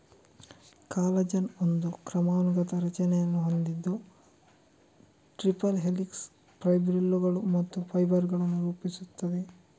collagen ಒಂದು ಕ್ರಮಾನುಗತ ರಚನೆಯನ್ನು ಹೊಂದಿದ್ದು ಟ್ರಿಪಲ್ ಹೆಲಿಕ್ಸ್, ಫೈಬ್ರಿಲ್ಲುಗಳು ಮತ್ತು ಫೈಬರ್ ಗಳನ್ನು ರೂಪಿಸುತ್ತದೆ